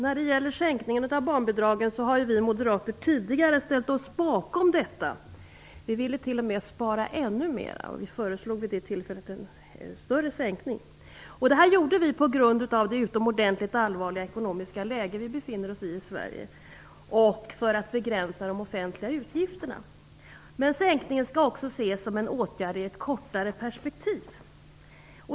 Fru talman! Vi moderater har tidigare ställt oss bakom en sänkning av barnbidragen. Vi ville t.o.m. spara ännu mer, och vi föreslog vid det tillfället en större sänkning. Detta gjorde vi på grund av det utomordentligt allvarliga ekonomiska läget i Sverige och för att begränsa de offentliga utgifterna. Sänkningen skall också ses som en åtgärd i ett kortare perspektiv.